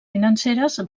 financeres